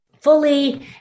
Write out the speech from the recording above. fully